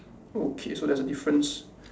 okay so that's a difference